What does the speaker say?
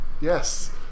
Yes